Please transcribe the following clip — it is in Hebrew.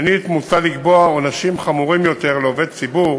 שנית, מוצע לקבוע עונשים חמורים יותר לעובד ציבור